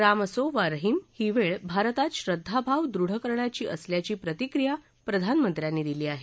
राम असो वा रहीम ही वेळ भारतात श्रद्धा भाव दृढ करण्याची असल्याची प्रतिक्रीया प्रधानमंत्र्यांनी दिली आहे